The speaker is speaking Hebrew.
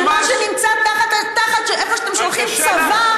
של מה שנמצא איפה שאתם שולחים צבא,